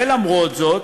ולמרות זאת